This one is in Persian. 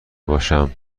باشم